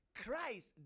Christ